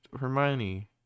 Hermione